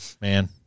man